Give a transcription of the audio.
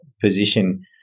position